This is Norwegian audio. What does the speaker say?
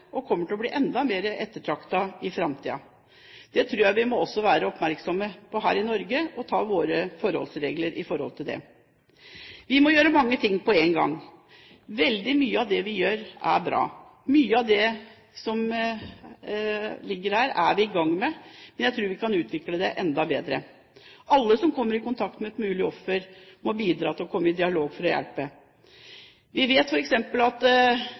og kommer til å bli enda mer ettertraktet i framtiden. Det tror jeg vi også må være oppmerksomme på her i Norge – og ta våre forholdsregler. Vi må gjøre mange ting på én gang. Veldig mye av det vi gjør, er bra. Mye av det som ligger her, er vi i gang med. Men jeg tror vi kan utvikle det enda bedre. Alle som kommer i kontakt med et mulig offer, må bidra til å komme i dialog for å hjelpe. Vi vet f.eks. at